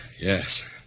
Yes